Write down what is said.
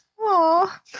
Aw